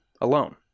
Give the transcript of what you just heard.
alone